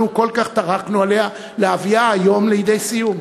כל כך טרחנו עליה להביאה היום לידי סיום.